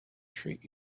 treat